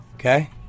Okay